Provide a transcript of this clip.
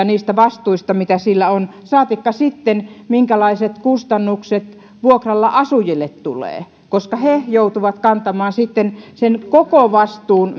niistä vastuista mitä sillä on saatikka sitten minkälaiset kustannukset vuokralla asujille tulee koska he joutuvat kantamaan sitten sen koko vastuun